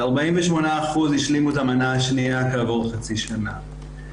ו-48% השלימו את המנה השנייה כעבור חצי שנה.